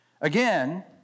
Again